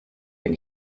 wenn